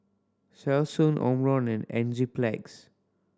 Selsun Omron and Enzyplex